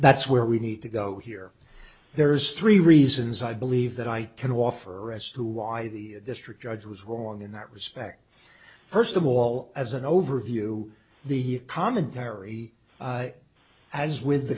that's where we need to go here there's three reasons i believe that i can offer as to why the district judge was wrong in that respect first of all as an overview the commentary as with the